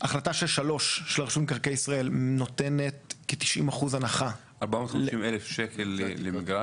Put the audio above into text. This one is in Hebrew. החלטה 63 של רשות מקרקעי ישראל נותנת 90%. 450,000 שקלים למגרש?